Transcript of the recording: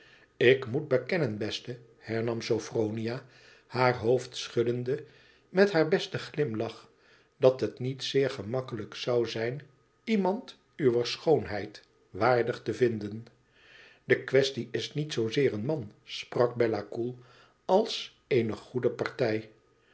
ik moet bekennen beste hernam sophronia haar hoofd schuddende met haar besten glimlach dat het niet zeer gemakkelijk zou zijn iemand uwer schoonheid waardig te vinden de quaestie is niet zoozeer een man sprak bella koel als eene goede partij